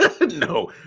No